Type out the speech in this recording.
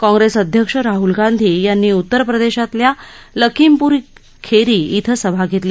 काँप्रेस अध्यक्ष राहुल गांधी यांनी उत्तरप्रदेशातल्या लखीमपूर खेरी श्वें सभा घेतली